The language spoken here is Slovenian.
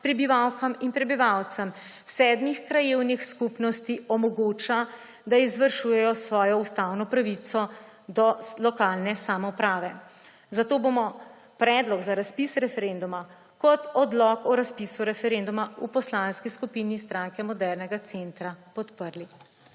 prebivalkam in prebivalcem sedmih krajevnih skupnosti omogoča, da izvršujejo svojo ustavno pravico do lokalne samouprave. Zato bomo predlog za razpis referenduma kot odlok o razpisu referenduma v Poslanski skupini Stranke modernega centra podprli.